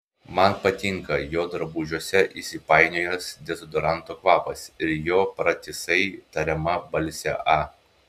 man patinka jo drabužiuose įsipainiojęs dezodoranto kvapas ir jo pratisai tariama balsė a